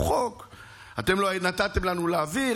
אתם לא נתתם לנו להעביר,